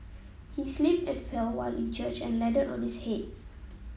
he slipped and fell while in church and landed on his head